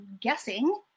guessing